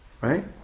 right